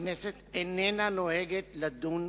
הכנסת איננה נוהגת לדון